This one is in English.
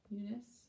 Eunice